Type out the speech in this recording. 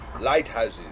Lighthouses